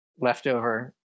leftover